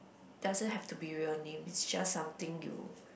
doesn't have to be real names it's just something you